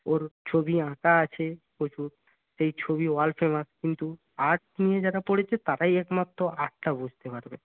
ওর ছবি আঁকা আছে প্রচুর সেই ছবি ওয়ার্ল্ড ফেমাস কিন্তু আর্ট নিয়ে যারা পড়েছে তারাই একমাত্র আর্টটা বুঝতে পারবে